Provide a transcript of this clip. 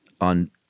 on